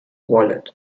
wallet